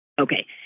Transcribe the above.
Okay